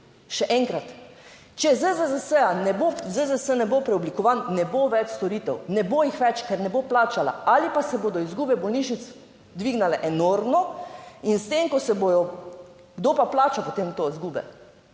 Še enkrat, če ZZZS ne bo preoblikovan, ne bo več storitev, ne bo jih več, ker ne bo plačala ali pa se bodo izgube bolnišnic dvignile enormno in s tem, ko se bodo... Kdo pa plača potem to izgube?